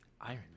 Iron